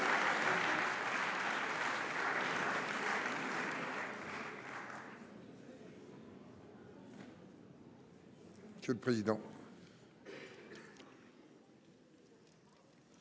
Monsieur le président,